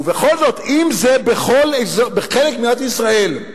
ובכל זאת אם זה בחלק ממדינת ישראל,